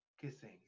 kissing